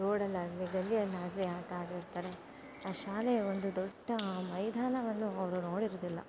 ರೋಡಲ್ಲಾಗಲಿ ಗಲ್ಲಿಯಲ್ಲಾಗಲಿ ಆಟ ಆಡಿರ್ತಾರೆ ಆ ಶಾಲೆಯ ಒಂದು ದೊಡ್ಡ ಮೈದಾನವನ್ನು ಅವರು ನೋಡಿರುವುದಿಲ್ಲ